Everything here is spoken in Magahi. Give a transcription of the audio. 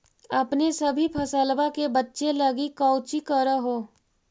अपने सभी फसलबा के बच्बे लगी कौची कर हो?